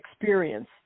experience